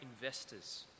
investors